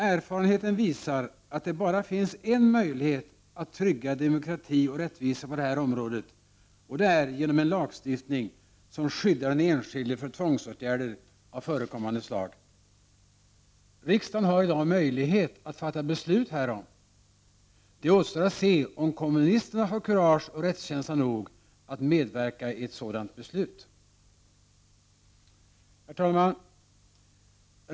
Erfarenheten visar att det bara finns en möjlighet att trygga demokrati och rättvisa på det här området, och det är genom en lagstiftning som skyddar den enskilde mot tvångsåtgärder av förekommande slag. Riksdagen har i dag möjlighet att fatta beslut härom. Det återstår att se om kommunisterna har kurage och rättskänsla nog att medverka i ett sådant beslut. Herr talman!